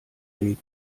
weg